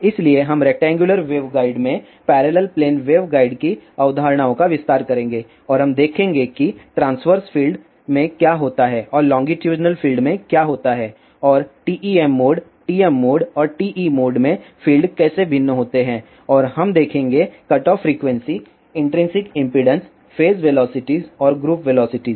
इसलिए हम rectangular waveguide में पैरेलल प्लेन वेवगाइड की अवधारणाओं का विस्तार करेंगे और हम देखेंगे कि ट्रांसवर्स फील्ड में क्या होता है और लोंगीटूडिनल फील्ड में क्या होता है और TEM मोड TM मोड और TE मोड में फील्ड कैसे भिन्न होते हैं और हम देखेंगे cutoff frequency intrinsic impedance phase velocities और ग्रुप वेलोसिटीज